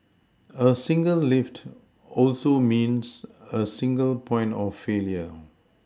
a single lift also means a single point of failure